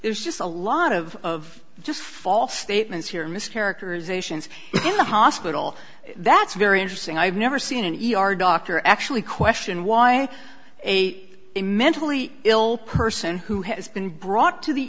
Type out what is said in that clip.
there's just a lot of just false statements here mischaracterizations in the hospital that's very interesting i've never seen an e r doctor actually question why a mentally ill person who has been brought to the